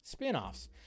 spinoffs